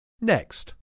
next